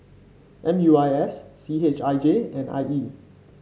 M U I S C H I J and I E